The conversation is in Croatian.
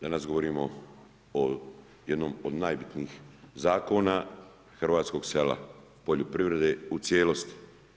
Danas govorimo o jednom o najbitnijih zakona hrvatskog sela i poljoprivrede u cijelosti.